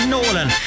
Nolan